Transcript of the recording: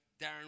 Darren